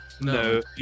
No